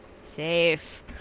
Safe